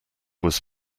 was